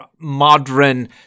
modern